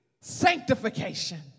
sanctification